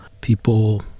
people